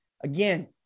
again